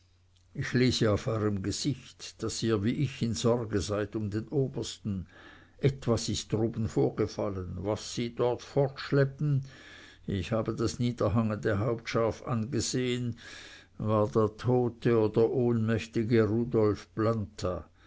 ich lese auf eurem gesicht daß ihr wie ich in sorge seid um den obersten etwas ist droben vorgefallen was sie dort fortschleppten ich habe das niederhangende haupt scharf angesehen war der tote oder ohnmächtige rudolf planta